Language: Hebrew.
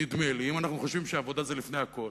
נדמה לי, אם אנחנו חושבים שעבודה זה לפני הכול,